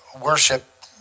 worship